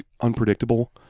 unpredictable